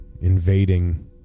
invading